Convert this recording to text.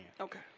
okay